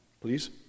Please